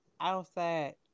Outside